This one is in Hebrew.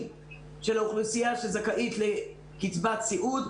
של האוכלוסייה שזכאית לקצבת סיעוד,